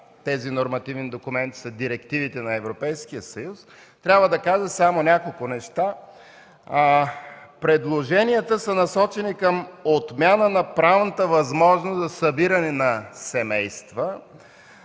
тези нормативни документи са директивите на Европейския съюз, трябва да кажа само няколко неща. Предложенията са насочени към отмяна на правната възможност за събиране на семейства,